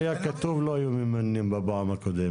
גם אם היה כתוב לא היו ממנים בפעם הקודמת,